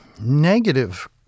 negative